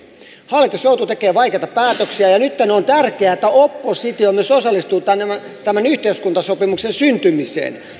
hallitus joutuu tekemään vaikeita päätöksiä nyt on tärkeää että oppositio myös osallistuu tämän yhteiskuntasopimuksen syntymiseen